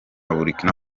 burkina